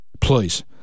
Please